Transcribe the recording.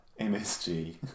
MSG